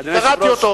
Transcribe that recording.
קראתי אותו,